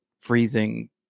freezing